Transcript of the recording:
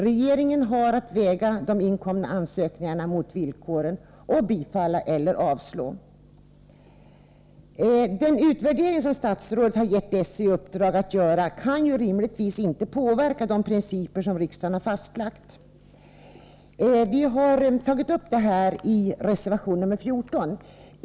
Regeringen har att väga de inkomna ansökningarna mot villkoren och bifalla eller avslå. Den utvärdering som statsrådet har givit SÖ i uppdrag att göra kan rimligtvis inte påverka de principer som riksdagen har fastlagt. Vi har tagit upp det här i reservation 14.